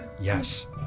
Yes